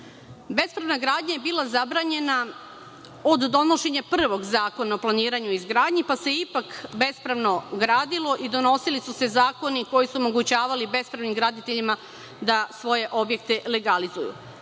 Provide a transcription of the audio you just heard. Bespravna gradnja je bila zabranjena od donošenja prvog Zakona o planiranju i izgradnji, pa se ipak bespravno gradilo i donosili su se zakoni koji su omogućavali bespravnim graditeljima da svoje objekte legalizuju.